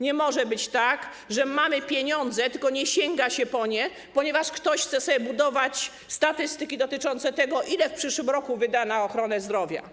Nie może być tak, że mamy pieniądze, tylko nie sięga się po nie, ponieważ ktoś chce sobie budować statystyki dotyczące tego, ile w przyszłym roku wyda na ochronę zdrowia.